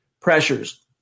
pressures